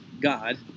God